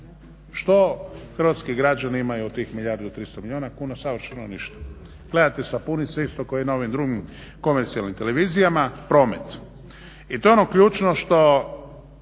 Što hrvatski građani imaju od tih milijardu i 300 milijuna kuna, savršeno ništa. Gledate sapunice isto kao i na ovim drugim komercijalnim televizijama. Promet i to je ono ključno što